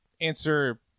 answer